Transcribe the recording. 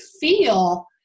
feel